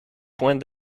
point